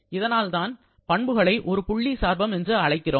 இதனால்தான் பண்புகளை புள்ளி சார்பம் என்று அழைக்கிறோம்